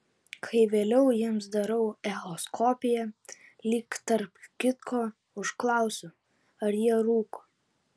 kai vėliau jiems darau echoskopiją lyg tarp kitko užklausiu ar jie rūko